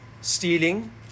stealing